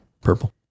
purple